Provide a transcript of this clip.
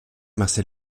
marcel